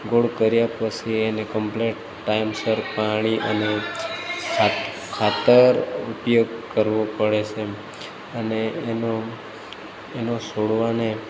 ગોળ કર્યા પછી એને કંપલેટ ટાઈમસર પાણી અને ખાત ખાતર ઉપયોગ કરવો પડે છે અને એનો એનો છોડવાને